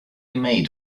made